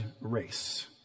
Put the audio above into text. race